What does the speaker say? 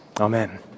Amen